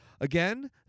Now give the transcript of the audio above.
again